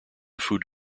food